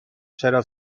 چرا